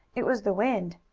it was the wind.